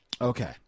Okay